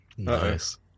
Nice